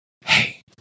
hey